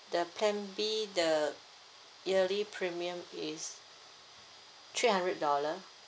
the plan B the yearly premium is three hundred dollar